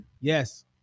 Yes